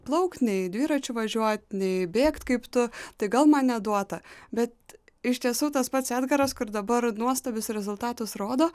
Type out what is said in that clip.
plaukt nei dviračiu važiuot nei bėgt kaip tu tai gal man neduota bet iš tiesų tas pats edgaras kur dabar nuostabius rezultatus rodo